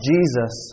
Jesus